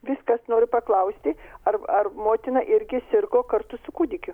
viskas noriu paklausti ar ar motina irgi sirgo kartu su kūdikiu